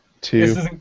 Two